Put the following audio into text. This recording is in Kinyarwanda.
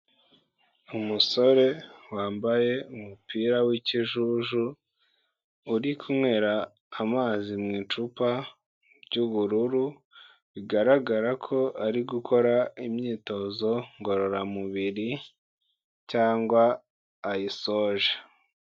Umusore wambaye umupira w'ikijuju, uri kunywera amazi mu icupa ry'ubururu, bigaragara ko ari gukora imyitozo ngororamubiri cyangwa ayisoje.